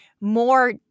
more